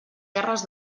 terres